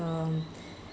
um